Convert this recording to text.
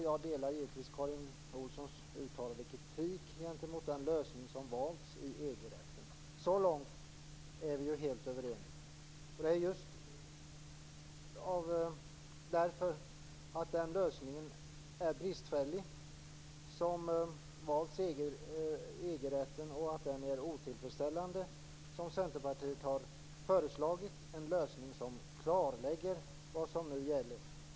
Jag delar givetvis Karin Olssons uttalade kritik gentemot den lösning som valts i EG-rätten. Så långt är vi helt överens. Det är just därför att den lösningen är bristfällig som Centerpartiet har föreslagit en lösning som klarlägger vad som gäller.